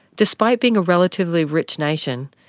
despite being a relatively rich nation,